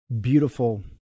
beautiful